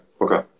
okay